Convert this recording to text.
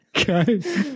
okay